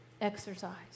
exercise